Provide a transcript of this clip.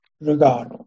regard